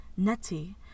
Neti